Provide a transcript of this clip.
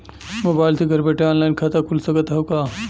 Mobile से घर बैठे ऑनलाइन खाता खुल सकत हव का?